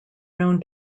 known